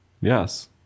Yes